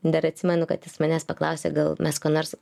dar atsimenu kad jis manęs paklausė gal mes ko nors